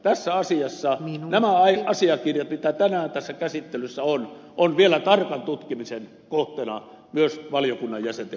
tässä asiassa nämä asiakirjat mitä tänään tässä käsittelyssä on ovat vielä tarkan tutkimisen kohteena myös valiokunnan jäsenten osalta